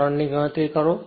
current ની ગણતરી કરો